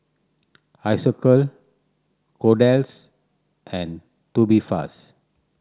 Isocal Kordel's and Tubifast